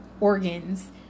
Organs